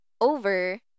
over